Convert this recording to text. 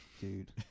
Dude